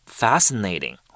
fascinating